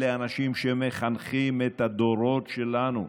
אלה אנשים שמחנכים את הדורות שלנו,